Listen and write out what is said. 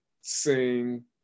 sing